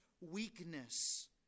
weakness